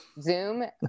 zoom